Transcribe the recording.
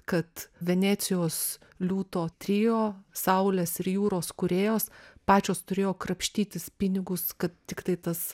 kad venecijos liūto trio saulės ir jūros kūrėjos pačios turėjo krapštytis pinigus kad tiktai tas